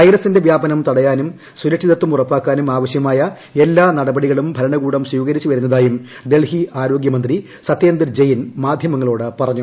വൈറസിന്റെ വ്യാപനം തടയാനും സുരക്ഷിത്തം ഉറപ്പാക്കാനും ആവശ്യമായ എല്ലാ നടപടികളും ഭരണകൂടം സ്വീക്രിച്ചു വരുന്നതായും ഡൽഹി ആരോഗ്യമന്ത്രി സത്യേന്ദർ ജയ്ൻ മാധ്യമങ്ങളോട് പറഞ്ഞു